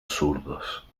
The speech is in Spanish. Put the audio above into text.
zurdos